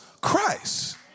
Christ